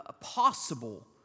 possible